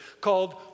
called